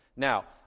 now,